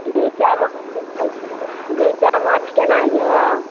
गैञ्चा माछ गैञ्चा माछ केना यऽ